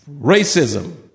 Racism